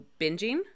binging